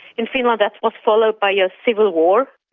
in finland that was followed by a civil war.